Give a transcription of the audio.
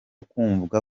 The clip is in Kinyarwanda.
kwumva